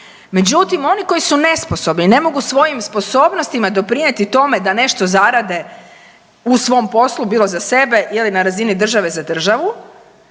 međutim oni koji su nesposobni, ne mogu svojim sposobnosti doprinijeti tome da nešto zarade u svom poslu, bilo za sebe ili na razini države za državu,